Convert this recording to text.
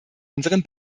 unseren